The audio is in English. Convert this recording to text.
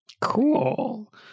Cool